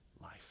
Life